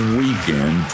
weekend